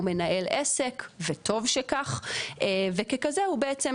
הוא מנהל עסק וטוב שכך וככזה הוא בעצם,